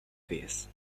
face